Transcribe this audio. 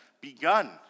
begun